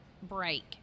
break